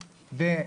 ובראשם,